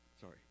sorry